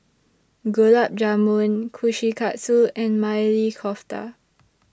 Gulab Jamun Kushikatsu and Maili Kofta